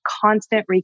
constant